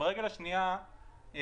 הרגל השנייה היא